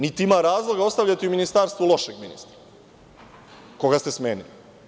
Niti ima razloga ostavljati u ministarstvu lošeg ministra koga ste smenili.